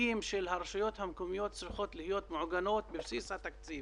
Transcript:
המענק הזה,